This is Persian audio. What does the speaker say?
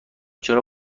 چرا